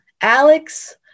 Alex